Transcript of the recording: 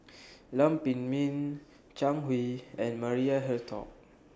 Lam Pin Min Zhang Hui and Maria Hertogh